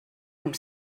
amb